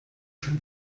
schon